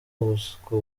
ubuswa